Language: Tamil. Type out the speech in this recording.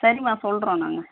சரிம்மா சொல்கிறோம் நாங்கள்